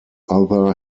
other